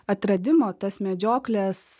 atradimo tas medžioklės